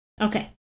Okay